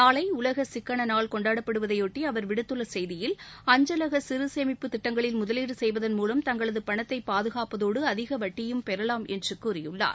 நாளை உலக சிக்கன நாள் கொண்டாடப்படுவதையொட்டி அவர் விடுத்துள்ள செய்தியில் அஞ்சலக சிறு சேமிப்பு திட்டங்களில் முதலீடு செய்வதன் மூலம் தங்களது பணத்தை பாதுகாப்பதோடு அதிக வட்டியும் பெறலாம் என்று கூறியுள்ளார்